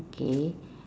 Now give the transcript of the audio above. okay